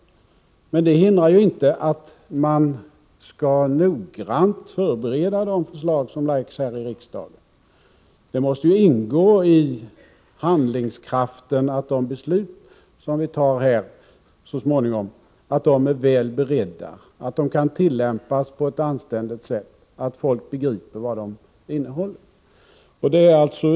Men det hindrar inte att man noggrant skall förbereda de förslag som läggs fram i riksdagen. Det måste ingå i handlingskraften att de beslut som vi fattar är väl beredda, att de kan tillämpas på ett anständigt sätt och att folk begriper vad de innehåller.